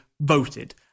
voted